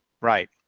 Right